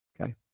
Okay